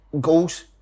goals